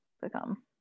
become